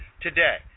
today